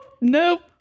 nope